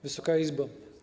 Wysoka Izbo!